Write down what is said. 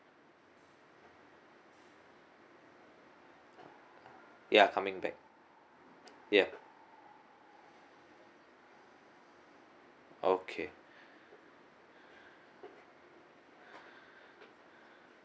ya coming back ya okay